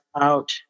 out